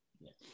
Yes